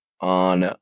on